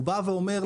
הוא אומר לאזרח,